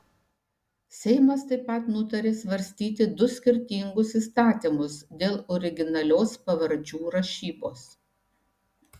seimas taip pat nutarė svarstyti du skirtingus įstatymus dėl originalios pavardžių rašybos